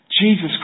Jesus